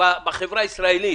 בחברה הישראלית,